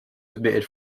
submitted